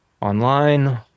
online